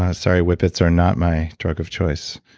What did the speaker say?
ah sorry whip-its are not my drug of choice.